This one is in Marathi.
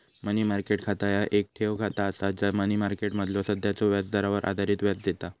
मनी मार्केट खाता ह्या येक ठेव खाता असा जा मनी मार्केटमधलो सध्याच्यो व्याजदरावर आधारित व्याज देता